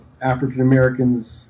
African-Americans